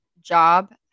job